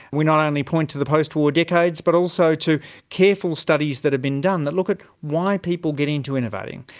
we not only point to the post-war decades but also to careful studies that have been done that look at why people get into innovating.